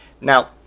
Now